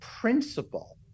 principle